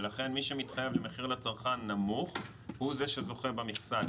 ולכן מי שמתחייב למחיר לצרכן נמוך הוא זה שזוכה במכסה,